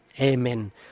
Amen